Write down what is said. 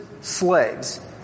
slaves